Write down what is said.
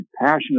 passionate